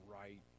right